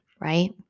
Right